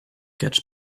gets